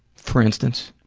for instance?